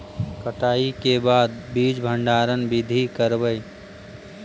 कटाई के बाद बीज भंडारन बीधी करबय?